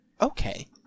okay